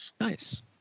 Nice